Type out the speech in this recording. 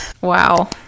wow